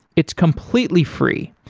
it's completely free.